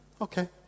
Okay